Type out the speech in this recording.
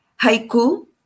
Haiku